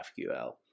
GraphQL